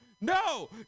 No